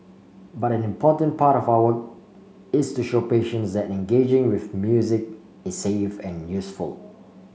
but an important part of our work is to show patients that engaging with music is safe and useful